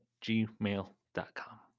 gmail.com